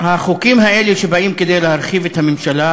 החוקים האלה שבאים כדי להרחיב את הממשלה,